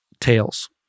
tails